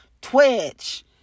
Twitch